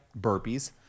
burpees